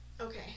Okay